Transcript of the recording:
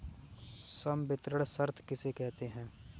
संवितरण शर्त किसे कहते हैं?